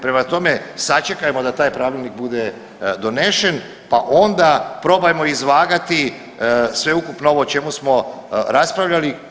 Prema tome, sačekajmo da taj pravilnik bude donesen pa onda probajmo izvagati sveukupno ovo o čemu smo raspravljali.